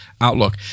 outlook